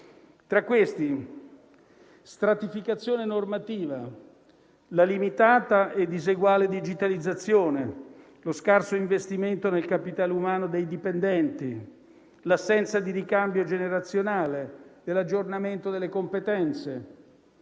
Tra questi: la stratificazione normativa, la limitata e diseguale digitalizzazione, lo scarso investimento nel capitale umano dei dipendenti, l'assenza di ricambio generazionale e di aggiornamento delle competenze.